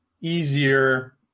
easier